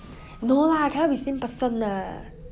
no lah cannot be same person ah